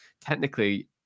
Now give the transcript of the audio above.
technically